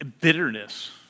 bitterness